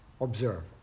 observe